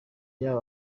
by’aba